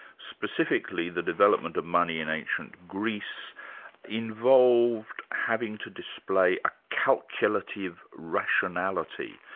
specifically the development of money in ancient greece involved having to display a calculative rationality,